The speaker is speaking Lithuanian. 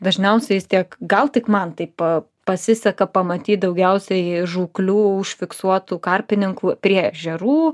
dažniausiai vis tiek gal tik man taip pasiseka pamatyt daugiausiai žūklių užfiksuotų karpininkų prie ežerų